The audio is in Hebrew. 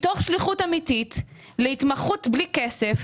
מתוך שליחות אמיתית, להתמחות בלי כסף